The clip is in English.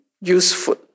useful